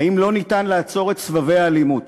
האם לא ניתן לעצור את סבבי האלימות?